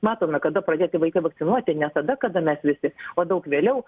matome kada pradėti vaikai vakcinuoti ne tada kada mes visi o daug vėliau